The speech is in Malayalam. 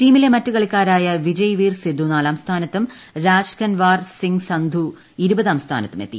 ടീമിലെ മറ്റ് കളിക്കാരായ വിജയ്വീർ സ്ടിദ്ദു നാലാം സ്ഥാനത്തും രാജ്കൻവാർ സിങ് സന്ധു ഇ്രുപ്പതാം സ്ഥാനത്തുമെത്തി